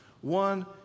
One